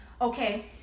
Okay